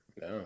No